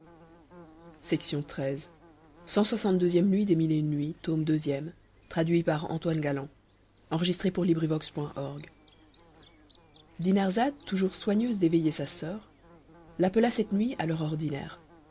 sultane dinarzade toujours soigneuse d'éveiller sa sœur l'appela cette nuit à l'heure ordinaire